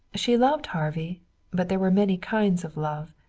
she loved harvey but there were many kinds of love.